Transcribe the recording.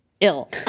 ill